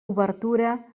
obertura